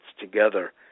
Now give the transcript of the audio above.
together